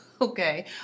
okay